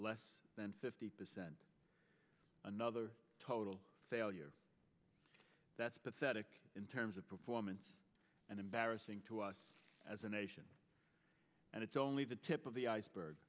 less than fifty percent another total failure that's pathetic in terms of performance and embarrassing to us as a nation and it's only the tip of the iceberg